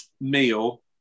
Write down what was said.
meal